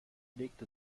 legte